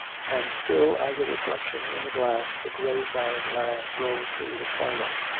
and still as a reflection in a glass the grey barren land rolled through the twilight.